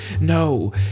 No